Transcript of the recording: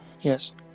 Yes